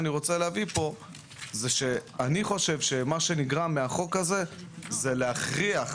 מחויבים לחייב את הלקוח וזה היה גורם לנו נזק מול הלקוח.